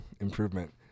Improvement